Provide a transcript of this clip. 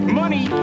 money